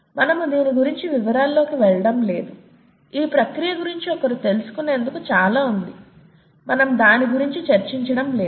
మనము దీని గురించిన వివరాల్లోకి వెళ్లడం లేదు ఈ ప్రక్రియ గురించి ఒకరు తెలుసుకునేందుకు చాలా ఉంది మనము దాని గురించి చర్చిండం లేదు